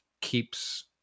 keeps